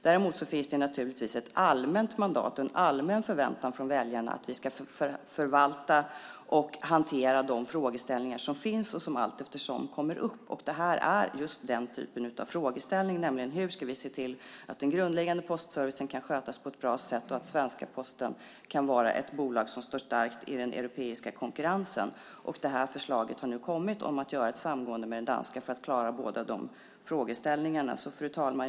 Däremot finns det naturligtvis ett allmänt mandat och en allmän förväntan från väljarna att vi ska förvalta och hantera de frågeställningar som finns och som allteftersom kommer upp. Och detta är just den typen av frågeställning, nämligen: Hur ska vi se till att den grundläggande postservicen kan skötas på ett bra sätt och att den svenska Posten kan vara ett bolag som står starkt i den europeiska konkurrensen? Detta förslag har nu kommit om att göra ett samgående med den danska Posten för att klara båda dessa frågeställningar. Fru talman!